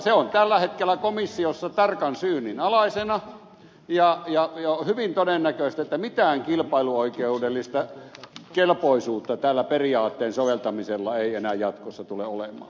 se on tällä hetkellä komissiossa tarkan syynin alaisena ja on hyvin todennäköistä että mitään kilpailuoikeudellista kelpoisuutta tällä periaatteen soveltamisella ei enää jatkossa tule olemaan